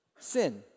Sin